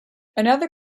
another